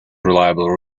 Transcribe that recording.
reliable